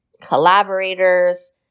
collaborators